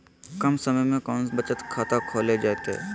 कम समय में कौन बचत खाता खोले जयते?